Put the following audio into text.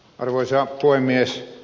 arvoisa puhemies